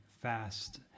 fast